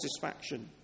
satisfaction